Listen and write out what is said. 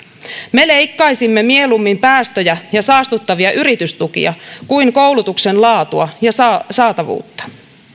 me leikkaisimme mieluummin päästöjä ja saastuttavia yritystukia kuin koulutuksen laatua ja saatavuutta